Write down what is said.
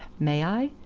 may i?